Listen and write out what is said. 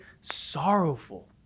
sorrowful